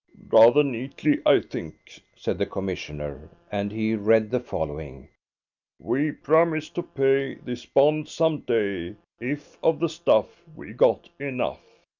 rather neatly i think, said the commissioner, and he read the following we promise to pay this bond some day if of the stuff we've got enough.